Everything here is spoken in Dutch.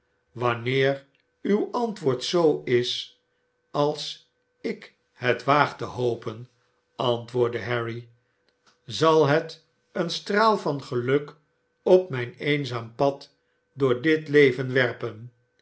wanneer uw antwoord zoo is als ik het waag te hopen antwoordde harry zal het een straal van geluk op mijn eenzaam pad door dit leven werpen